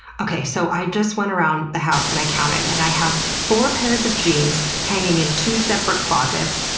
okay, so i just went around the house, and i counted and i have four pairs of jeans hanging in two separate closets,